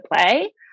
play